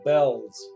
Bells